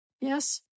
Yes